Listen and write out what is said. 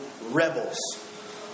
rebels